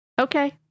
Okay